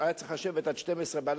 היה צריך לשבת עד 12 בלילה,